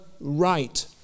right